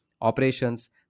operations